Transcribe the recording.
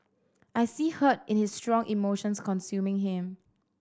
I see hurt and his strong emotions consuming him